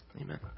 Amen